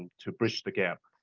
to bridge the gap.